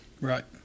Right